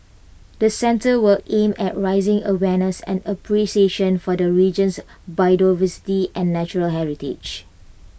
the centre will aim at raising awareness and appreciation for the region's biodiversity and natural heritage